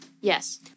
Yes